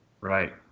Right